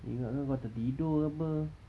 ingatkan kau tertidur ke apa